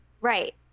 Right